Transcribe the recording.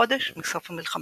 חודש מסוף המלחמה.